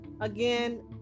again